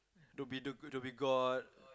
Dhoby go Dhoby-Ghaut